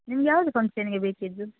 ನಿಮ್ಗೆ ಯಾವುದು ಫಂಕ್ಷನ್ನಿಗೆ ಬೇಕಿದ್ದು